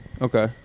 Okay